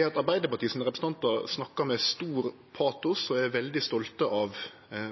at Arbeidarpartiet sine representantar snakkar med stor patos og er veldig stolte av